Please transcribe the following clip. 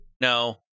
No